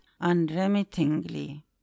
unremittingly